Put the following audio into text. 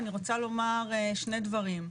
אני רוצה לומר שני דברים,